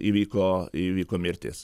įvyko įvyko mirtis